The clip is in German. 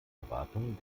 erwartungen